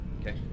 Okay